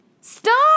Stop